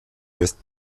west